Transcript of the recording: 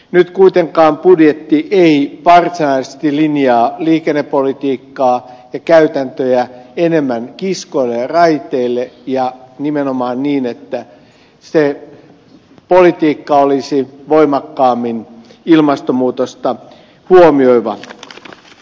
nyt kuitenkaan budjetti ei varsinaisesti linjaa liikennepolitiikkaa ja käytäntöjä enemmän kiskoille ja raiteille ja nimenomaan niin että se politiikka olisi voimakkaammin ilmastonmuutosta huomioiva